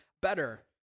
better